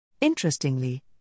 Interestingly